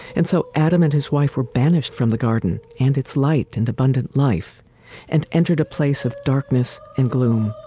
and so adam and his wife were banished from the garden and its light and abundant life and entered a place of darkness and gloom.